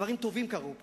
דברים טובים קרו פה.